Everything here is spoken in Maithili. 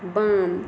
बाम